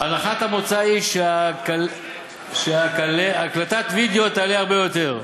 הנחת המוצא היא שהקלטת וידיאו תעלה הרבה יותר.